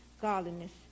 godliness